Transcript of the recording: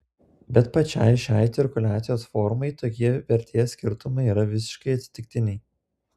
bet pačiai šiai cirkuliacijos formai tokie vertės skirtumai yra visiškai atsitiktiniai